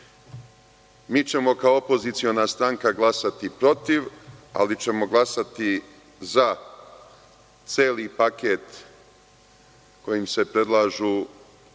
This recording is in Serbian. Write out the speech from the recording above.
ćemo kao opoziciona stranka glasati protiv, ali ćemo glasati za celi paket kojim se predlažu